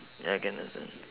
ya I can understand